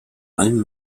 allen